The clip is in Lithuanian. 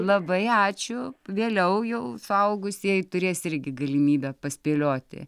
labai ačiū vėliau jau suaugusieji turės irgi galimybę paspėlioti